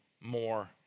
more